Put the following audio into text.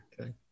Okay